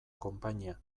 konpainia